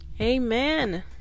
amen